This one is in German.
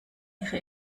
ihre